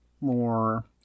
more